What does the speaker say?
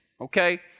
okay